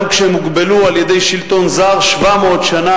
גם כשהם הוגבלו על-ידי שלטון זר 700 שנה,